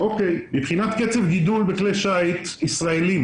מבחינת קצב גידול בכלי שיט ישראלים.